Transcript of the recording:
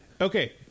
Okay